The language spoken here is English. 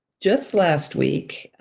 just last week,